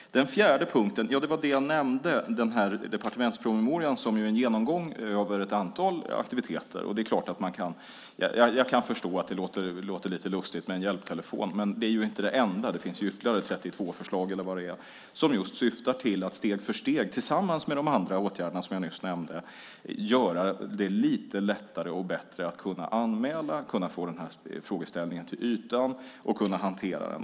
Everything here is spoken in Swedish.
Det fjärde spåret handlar om det som jag nämnde, nämligen den departementspromemoria som är en genomgång av ett antal aktiviteter. Jag kan förstå att det låter lite lustigt med en hjälptelefon. Men det är inte det enda. Det finns ytterligare 32 förslag eller vad det är som just syftar till att man steg för steg, tillsammans med de andra åtgärderna som jag nyss nämnde, gör det lite lättare att anmäla och för att kunna få upp denna frågeställning till ytan och kunna hantera den.